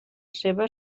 seva